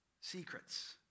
secrets